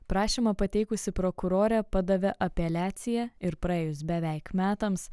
prašymą pateikusi prokurorė padavė apeliaciją ir praėjus beveik metams